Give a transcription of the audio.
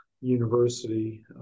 University